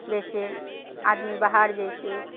जैसे आदमी बाहर जाइ छै